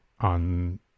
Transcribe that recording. on